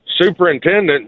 superintendent